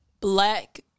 Black